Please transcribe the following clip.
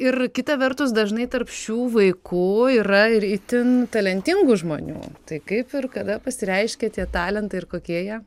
ir kita vertus dažnai tarp šių vaikų yra ir itin talentingų žmonių tai kaip ir kada pasireiškia tie talentai ir kokie jie